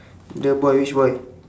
the boy which boy